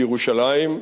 בירושלים,